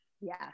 Yes